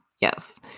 Yes